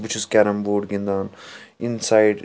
بہٕ چھُس کیٚرَم بُوڈ گِنٛدان اِنسایِڈ